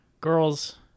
girls